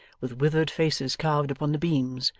with withered faces carved upon the beams,